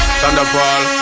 Thunderball